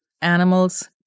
animals